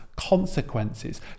consequences